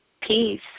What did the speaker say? Peace